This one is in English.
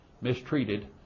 mistreated